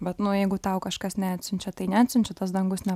bet nu jeigu tau kažkas neatsiunčia tai neatsiunčia tas dangus ne